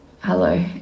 hello